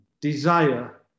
desire